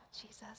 Jesus